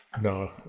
No